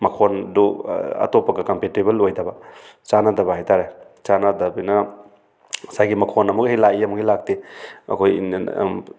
ꯃꯈꯣꯟꯗꯨ ꯑꯇꯣꯞꯄꯒ ꯀꯝꯄꯦꯇꯤꯕꯜ ꯑꯣꯏꯗꯕ ꯆꯥꯟꯅꯗꯕ ꯍꯥꯏꯇꯥꯔꯦ ꯆꯥꯟꯅꯗꯕꯅꯤꯅ ꯉꯁꯥꯏꯒꯤ ꯃꯈꯣꯟ ꯑꯃꯨꯛ ꯍꯦꯛ ꯂꯥꯛꯏ ꯑꯃꯨꯛ ꯍꯦꯛ ꯂꯥꯛꯇꯦ ꯑꯩꯈꯣꯏꯒꯤ